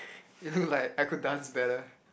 it looked like I could dance better